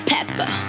Pepper